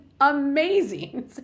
amazing